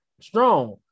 strong